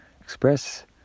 express